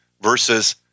versus